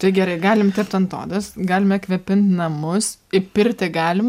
tai gerai galim tept ant odos galime kvėpint namus į pirtį galim